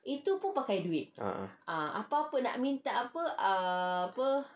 ah